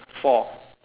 four